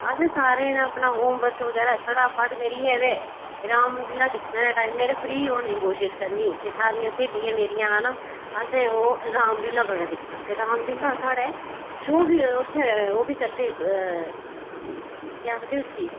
असें सारें अपना होम बर्क बगेरा फटाफट करियै ते रामलीला दिक्खने दे टाइम में फ्री होने दी कोशिश करनी ते सारियें स्होलियें मेरियें आना असें ओह् रामलीला बड़ा दिक्खना रामलीला साढ़े शो बी उत्थै ओह् बी करदे हे के आखदे उसी